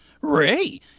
Ray